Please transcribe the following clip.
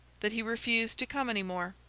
that he refused to come any more.